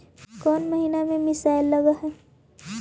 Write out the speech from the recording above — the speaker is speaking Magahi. कौन महीना में मिसाइल लगते हैं?